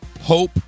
Hope